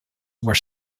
were